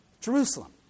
Jerusalem